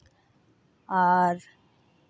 ᱟᱨ